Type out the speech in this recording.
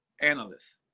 analyst